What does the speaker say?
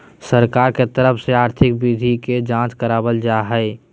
सरकार के तरफ से ही आर्थिक वृद्धि के जांच करावल जा हय